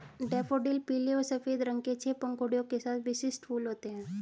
daffodil पीले और सफ़ेद रंग के छह पंखुड़ियों के साथ विशिष्ट फूल होते हैं